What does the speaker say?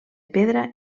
pedra